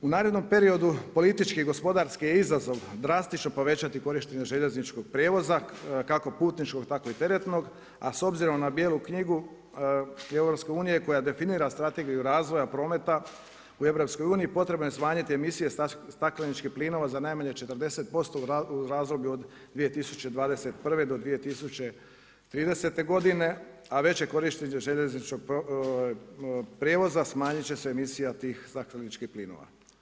U narednom periodu politički i gospodarski je izazov drastično povećati korištenje željezničkog prijevoza kako putničkog tako i teretnog, a s obzirom na Bijelu knjigu EU-a koja definira strategiju razvoja prometa u EU-a, potrebno je smanjiti emisije stakleničkih plinova za najmanje 40% u razdoblju od 2021. do 2030. godine, a veće korištenje željezničkog prijevoza, smanjit će se emisija tih stakleničkih plinova.